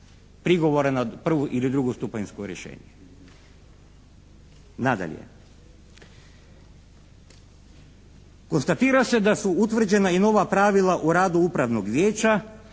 prigovora na prvo ili drugostupanjsko rješenje? Nadalje, konstatira se da su utvrđena i nova pravila u radu upravnog vijeća